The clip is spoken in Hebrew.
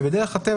בדרך הטבע,